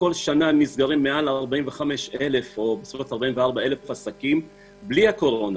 כל שנה נסגרים מעל 45,000 או בסביבות 44,000 עסקים בלי הקורונה,